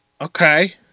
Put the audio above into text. Okay